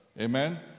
Amen